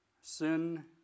sin